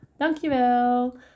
Dankjewel